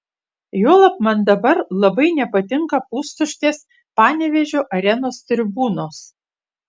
juolab man dabar labai nepatinka pustuštės panevėžio arenos tribūnos